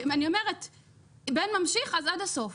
אני אומרת אם בן ממשיך אז עד הסוף,